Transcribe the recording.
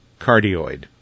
cardioid